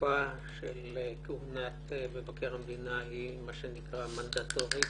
התקופה של כהונת מבקר המדינה היא מה שנקרא מנדטורית.